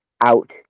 out